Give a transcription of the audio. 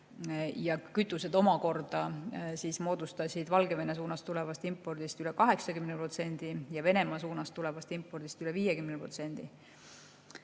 jää. Kütused omakorda moodustasid Valgevene suunast tulevast impordist üle 80% ja Venemaa suunast tulevast impordist üle 50%.Aga